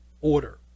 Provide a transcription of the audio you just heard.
order